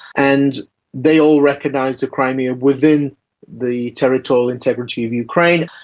and they all recognise crimea within the territorial integrity of ukraine.